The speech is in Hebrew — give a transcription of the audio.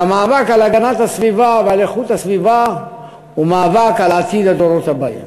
שהמאבק על הגנת הסביבה ועל איכות הסביבה הוא מאבק על עתיד הדורות הבאים.